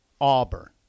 Auburn